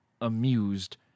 amused